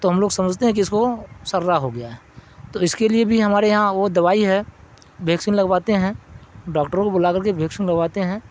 تو ہم لوگ سمجھتے ہیں کہ اس کو سرا ہو گیا ہے تو اس کے لیے بھی ہمارے یہاں وہ دوائی ہے ویکسین لگواتے ہیں ڈاکٹروں کو بلا کر کے ویکسین لگواتے ہیں